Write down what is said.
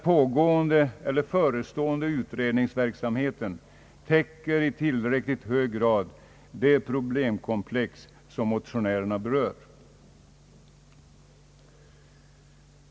Den förestående utredningsverksamheten täcker i tillräckligt hög grad det problemkomplex som motionärerna berör.